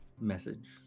message